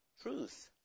truth